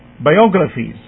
biographies